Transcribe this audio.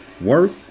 Work